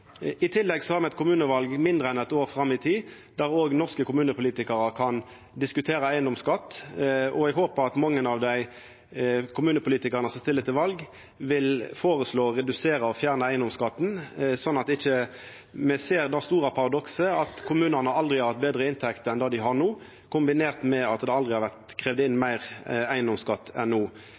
I tillegg har me kommuneval mindre enn eitt år fram i tid, der òg norske kommunepolitikarar kan diskutera eigedomsskatt. Eg håper at mange av dei kommunepolitikarane som stiller til val, vil føreslå å redusera og fjerna eigedomsskatten, slik at me ikkje ser det store paradokset at kommunane aldri har hatt betre inntekter enn no, kombinert med at det aldri har vore kravd inn meir eigedomsskatt enn no.